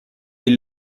est